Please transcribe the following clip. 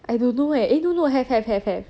I don't know eh no no no have have have have